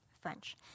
French